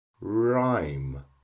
rhyme